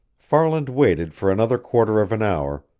farland waited for another quarter of an hour,